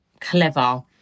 clever